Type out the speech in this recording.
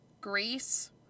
Greece